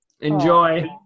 Enjoy